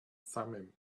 thummim